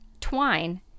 twine